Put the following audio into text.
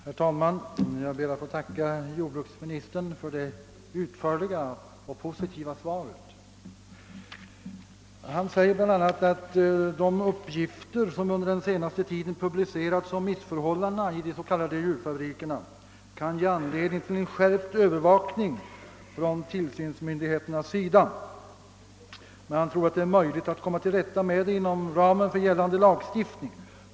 Herr talman! Jag ber att få tacka jordbruksministern för det utförliga och positiva svaret. Jordbruksministern säger bland annat i sitt svar: »De uppgifter som under den senaste tiden publicerats om missförhållanden i s.k. djurfabriker kan ge anledning till en skärpt övervakning från tillsynsmyndigheternas sida. Enligt min mening är det möliligt att inom ramen för gällande lagstiftning komma till rätta med missförhållandena.